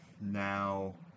Now